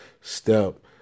step